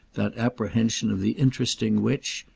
that apprehension of the interesting which,